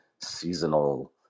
seasonal